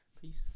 peace